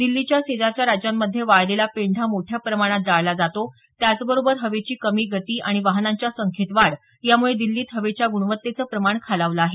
दिल्लीच्या शेजारच्या राज्यांमध्ये वाळलेला पेंढा मोठ्या प्रमाणात जाळला जातो त्याचबरोबर हवेची कमी गती आणि वाहनांच्या संख्येत वाढ यामुळे दिल्लीत हवेच्या गुणवत्तेचं प्रमाण खालावलं आहे